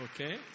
Okay